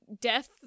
death